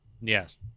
Yes